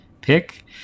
pick